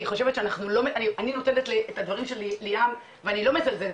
אני חושבת שאני נותנת את הדברים של ליאם ואני לא מזלזלת,